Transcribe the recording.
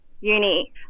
uni